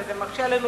זה מקשה עלינו,